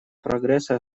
прогресса